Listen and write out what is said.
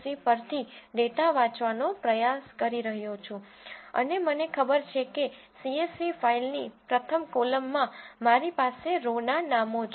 csv પરથી data વાંચવાનો પ્રયાસ કરી રહ્યો છું અને મને ખબર છે કે સીએસવી ફાઇલની પ્રથમ કોલમમાં મારી પાસે રો ના નામો છે